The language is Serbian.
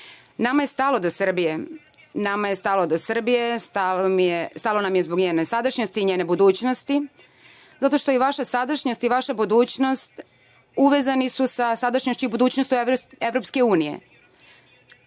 nama je stalo do Srbije, stalo nam je zbog njene sadašnjosti i njene budućnosti, zato što vaša sadašnjost i vaša budućnost, uvezani su sa sadašnjošću i budućnošću EU.Ne samo